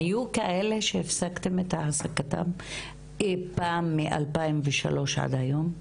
היו כאלה שהפסקתם את העסקתם מ-2003 עד היום?